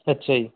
ਅੱਛਾ ਜੀ